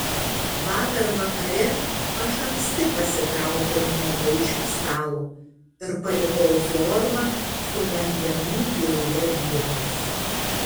vakar vakare aš anksti pasitraukiau nuo vaišių stalo ir palikau zorbą su vandenų deive vienus